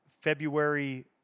February